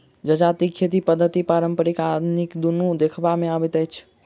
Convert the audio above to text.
जजातिक खेती पद्धति पारंपरिक आ आधुनिक दुनू देखबा मे अबैत अछि